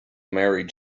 married